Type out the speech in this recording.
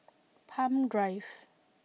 Palm Drive